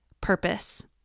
purpose